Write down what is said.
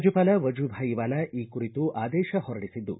ರಾಜ್ಯಪಾಲ ವಜೂಭಾಯಿ ವಾಲಾ ಈ ಕುರಿತು ಆದೇಶ ಹೊರಡಿಸಿದ್ದು